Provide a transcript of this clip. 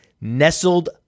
Nestled